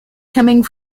coming